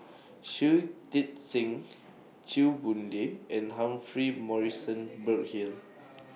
Shui Tit Sing Chew Boon Lay and Humphrey Morrison Burkill